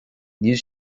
níl